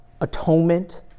atonement